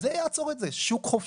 זה מה שיעצור את זה - שוק חופשי,